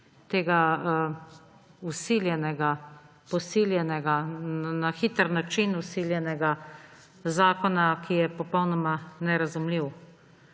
tega vsiljenega, posiljenega, na hiter način vsiljenega zakona, ki je popolnoma nerazumljiv.